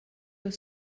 were